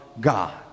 God